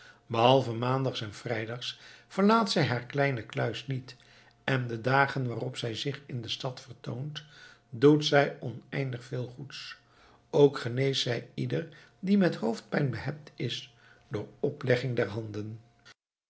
behalve maandags en vrijdags verlaat zij haar kleine kluis niet en de dagen waarop zij zich in de stad vertoont doet zij oneindig veel goeds ook geneest zij ieder die met hoofdpijn behept is door oplegging der handen